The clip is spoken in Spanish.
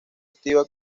activa